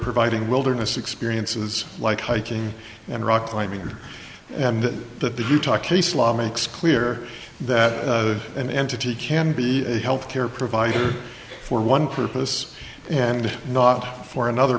providing wilderness experiences like hiking and rock climbing and that the utah case law makes clear that an entity can be a health care provider for one purpose and not for another